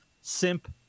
simp